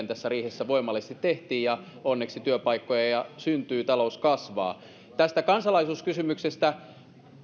tässä riihessä voimallisesti tehtiin ja onneksi työpaikkoja syntyy ja talous kasvaa tästä kansalaisuuskysymyksestä